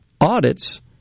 audits